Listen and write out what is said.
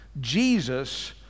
Jesus